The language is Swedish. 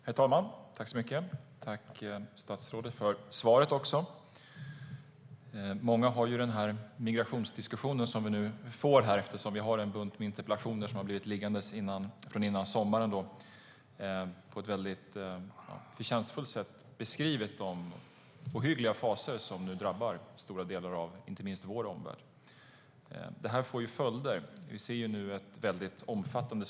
Herr talman! Tack, statsrådet, för svaret. Det finns en bunt interpellationer liggande sedan före sommaren där de ohyggliga fasor som nu drabbar vår omvärld beskrivs på ett förtjänstfullt sätt och vilja följder de har. Söktrycket till Sverige nu är väldigt omfattande.